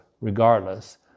regardless